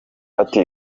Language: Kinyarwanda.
ati